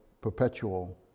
perpetual